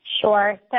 Sure